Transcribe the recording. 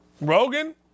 Rogan